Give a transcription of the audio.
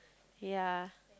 ya